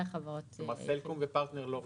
סלקום ופרטנר לא רשומות.